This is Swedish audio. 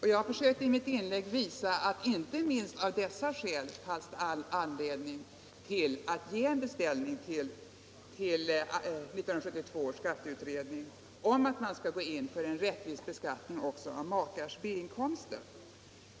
I mitt inlägg sökte jag visa att det inte minst av dessa skäl fanns all anledning att göra en beställning till 1972 års skatteutredning om att man skall gå in för en rättvis beskattning även av makars B-inkomster.